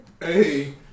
Hey